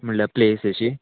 म्हळ्यार प्लेस अशी